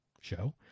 show